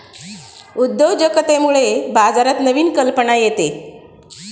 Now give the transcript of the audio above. उद्योजकतेमुळे बाजारात नवीन कल्पना येते